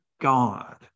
God